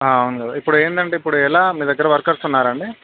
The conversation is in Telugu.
అవును కదా ఇప్పుడు ఏమిటి అంటే ఇప్పుడు ఎలా మీ దగ్గర వర్కర్స్ ఉన్నారా అండి